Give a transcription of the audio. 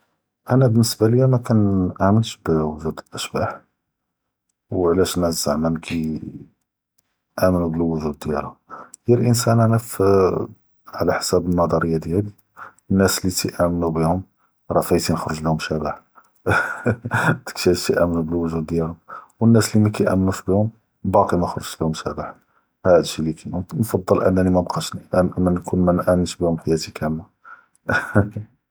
אנא באלניסבה ליא מא כנעןמש בוו’גוד אלאשבח, ואלאש אלנאס זעמא כי אמנו בוו’גוד דיאלהום, היא אלאנסאן אנא פאה עלא ח’סאב אלנזריה דיאלי אלנאס לי טיאמנו ביהום ראה פאיטין חרג ליהום שבח חהה הדאק ש’י אלאש יאמנו בוו’גוד דיאלהום, ואלנאס לי מא כיאמנוש ביהום באקי מא חרגש ליהום שבח הד ש’י אלי כאין, ונפדל אנני מנבקאש נהתם מנאמנוש ביהום חיאתי כאמלה.